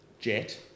jet